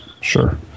Sure